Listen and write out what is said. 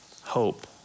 Hope